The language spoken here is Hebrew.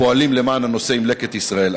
פועלים למען הנושא עם "לקט ישראל".